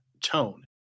tone